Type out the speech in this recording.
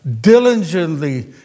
diligently